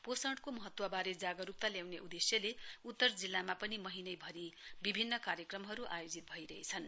पोषणको महत्वबारे जागरूकता ल्याउने उद्श्यले उत्तर जिल्लामा पनि महीनाभरि बिभिन्न कार्यक्रमहरू आयोजित भइरेहछन्